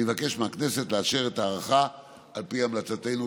אני מבקש מהכנסת לאשר את ההארכה על פי המלצתנו.